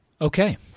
okay